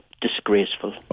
disgraceful